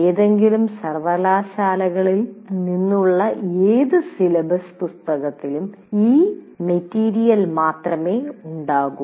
ഏതെങ്കിലും സർവകലാശാലകളിൽ നിന്നുള്ള ഏത് സിലബസ് പുസ്തകത്തിലും ഈ മെറ്റീരിയൽ മാത്രമേ ഉണ്ടാകൂ